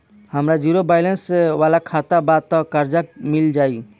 हमार zero balance वाला खाता बा त कर्जा मिल जायी?